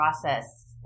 process